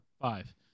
Five